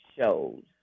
shows